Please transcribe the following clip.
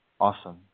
Awesome